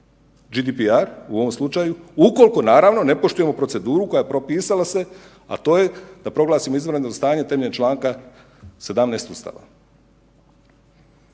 GDPR u ovom slučaju ukoliko naravno ne poštujemo proceduru koja se propisala, a to je da proglasimo izvanredno stanje temeljem čl. 17. Ustava.